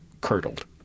curdled